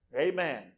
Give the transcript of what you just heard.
Amen